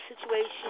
situation